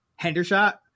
Hendershot